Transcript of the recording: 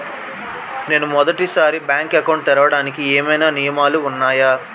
నేను మొదటి సారి బ్యాంక్ అకౌంట్ తెరవడానికి ఏమైనా నియమాలు వున్నాయా?